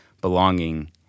belonging